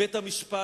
בית-המשפט,